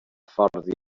fforddiadwy